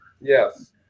Yes